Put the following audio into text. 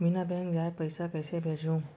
बिना बैंक जाए पइसा कइसे भेजहूँ?